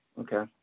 okay